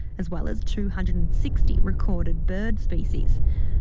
as well as two hundred and sixty recorded bird species.